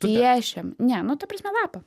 piešiam ne nu ta prasme lapą